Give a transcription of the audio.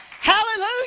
Hallelujah